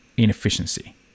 inefficiency